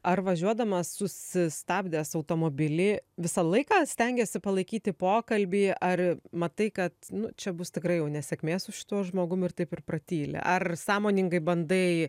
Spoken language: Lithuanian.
ar važiuodamas susistabdęs automobilį visą laiką stengiesi palaikyti pokalbį ar matai kad čia bus tikrai jau nesėkmė su šituo žmogum ir taip ir pratyli ar sąmoningai bandai